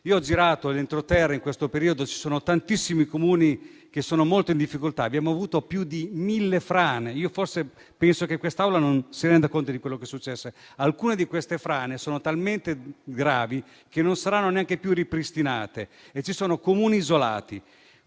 Ho girato l'entroterra in questo periodo, ci sono tantissimi Comuni che sono in forte difficoltà. Abbiamo avuto più di mille frane e penso che quest'Assemblea non si renda conto di quello che è successo: alcune di esse sono talmente gravi che non saranno neanche più ripristinate e ci sono Comuni isolati.